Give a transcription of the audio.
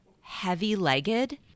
heavy-legged